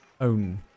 own